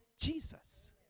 Jesus